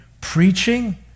preaching